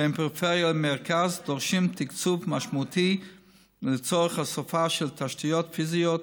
בין פריפריה למרכז דורשת תקצוב משמעותי לצורך הוספה של תשתיות פיזיות,